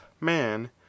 man